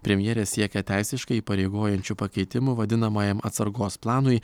premjerė siekia teisiškai įpareigojančių pakeitimų vadinamajam atsargos planui